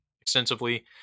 extensively